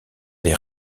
des